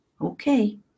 Okay